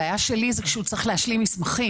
הבעיה שלי זה כשהוא צריך להשלים מסמכים.